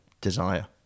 desire